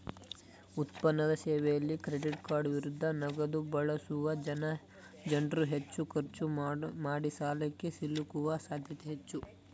ಉತ್ಪನ್ನದ ಸೇವೆಯಲ್ಲಿ ಕ್ರೆಡಿಟ್ಕಾರ್ಡ್ ವಿರುದ್ಧ ನಗದುಬಳಸುವ ಜನ್ರುಹೆಚ್ಚು ಖರ್ಚು ಮಾಡಿಸಾಲಕ್ಕೆ ಸಿಲುಕುವ ಸಾಧ್ಯತೆ ಹೆಚ್ಚು